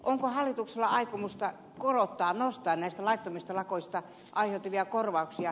onko hallituksella aikomusta korottaa nostaa näistä laittomista lakoista aiheutuvia korvauksia